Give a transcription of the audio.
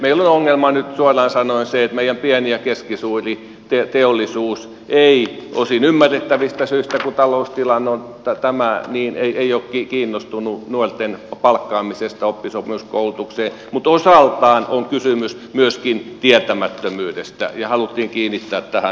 meillä on ongelma nyt suoraan sanoen se että meidän pieni ja keskisuuri teollisuus ei osin ymmärrettävistä syistä kun taloustilanne on tämä ole kiinnostunut nuorten palkkaamisesta oppisopimuskoulutukseen mutta osaltaan on kysymys myöskin tietämättömyydestä ja haluttiin kiinnittää tähän huomiota